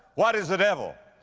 what is the devil?